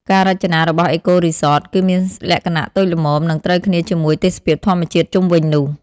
ការរចនារបស់អេកូរីសត គឺមានលក្ខណៈតូចល្មម និងត្រូវគ្នាជាមួយទេសភាពធម្មជាតិជុំវិញនោះ។